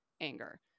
anger